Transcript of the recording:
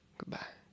goodbye